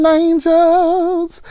angels